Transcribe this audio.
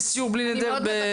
ובלי נדר אגיע לסיור גם אצלכם.